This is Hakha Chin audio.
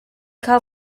kha